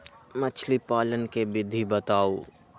मछली पालन के विधि बताऊँ?